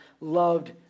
loved